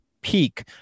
peak